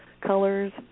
colors